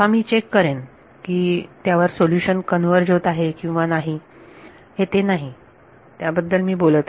मी check करेन की त्यावर सोल्युशन कन्वर्ज होत आहे किंवा नाही हे ते नाही याबद्दल मी बोलत आहे